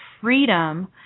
freedom